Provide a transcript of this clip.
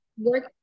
work